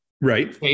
Right